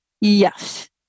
Yes